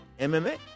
MMA